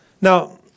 Now